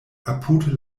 apud